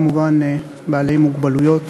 כמובן בעלי מוגבלויות.